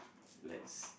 let's